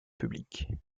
public